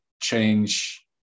change